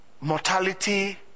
mortality